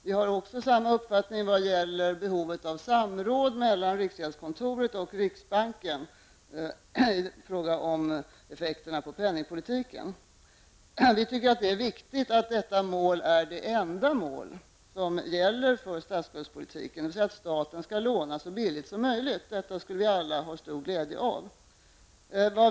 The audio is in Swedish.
Vi har också samma uppfattning i vad gäller behovet av samråd mellan riksgäldskontoret och riksbanken i fråga om effekterna av penningpolitiken. Vi tycker att det är viktigt att detta mål är det enda mål som gäller för statsskuldspolitiken, dvs. att staten skall låna så billigt som möjligt. Detta skulle vi alla ha stor glädje av.